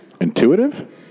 Intuitive